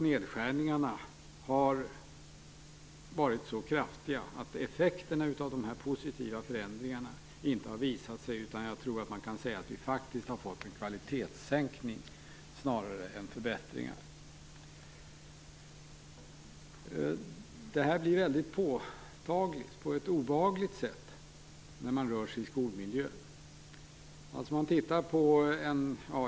Nedskärningarna har varit så kraftiga att effekterna av dessa positiva förändringar inte har visat sig, utan man kan nog säga att vi faktiskt har fått en kvalitetssänkning snarare än förbättringar. Detta blir väldigt påtagligt på ett obehagligt sätt när man rör sig i skolmiljön.